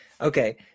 Okay